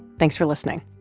thanks for listening